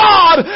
God